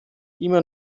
immer